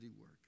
work